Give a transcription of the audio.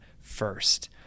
first